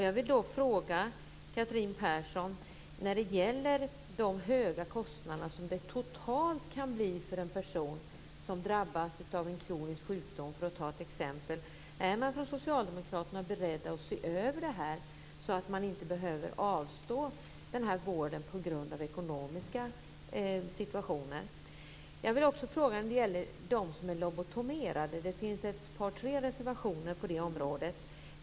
Jag vill fråga Catherine Persson om de höga kostnader som det totalt kan bli fråga om för en person som drabbas av en kronisk sjukdom, för att ta ett exempel. Är socialdemokraterna beredda att se över det här så att man inte behöver avstå från vård på grund av den ekonomiska situationen? När det gäller lobotomerade finns det ett par tre reservationer.